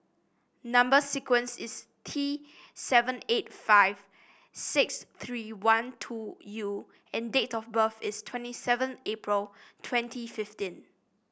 number sequence is T seven eight five six three one two U and date of birth is twenty seven April twenty fifteen